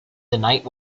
night